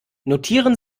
notieren